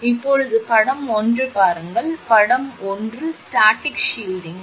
இப்போது படம் 1 பாருங்கள் படம் 1 ஸ்டாடிக் ஷில்ட்டிங்